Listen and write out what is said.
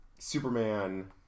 Superman